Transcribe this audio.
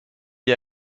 est